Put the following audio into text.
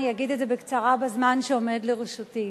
אני אגיד את זה בקצרה בזמן שעומד לרשותי.